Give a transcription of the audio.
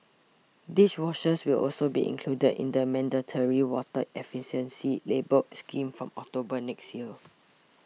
dishwashers will also be included in the mandatory water efficiency labelling scheme from October next year